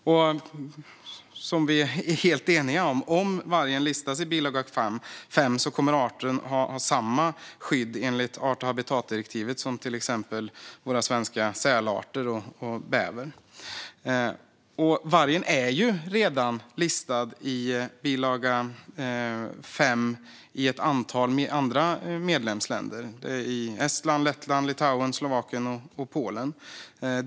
Som vi är helt eniga om kommer vargen, om den listas i bilaga 5 till art och habitatdirektivet, att ha samma skydd som till exempel våra svenska sälarter och bävern. Vargen är redan listad i bilaga 5 i ett antal andra medlemsländer: Estland, Lettland, Litauen, Slovakien och Polen.